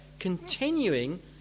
continuing